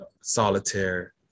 Solitaire